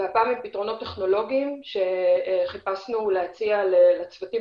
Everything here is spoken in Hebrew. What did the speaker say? והפעם עם פתרונות טכנולוגיים שחיפשנו להציע לצוותים